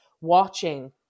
watching